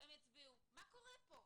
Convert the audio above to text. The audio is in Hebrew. מה קורה פה?